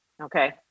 okay